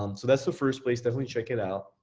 um so that's the first place, definitely check it out.